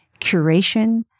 curation